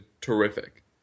terrific